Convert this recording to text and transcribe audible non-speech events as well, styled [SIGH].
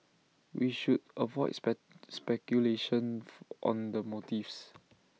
we should avoid [UNINTELLIGIBLE] speculations on the motives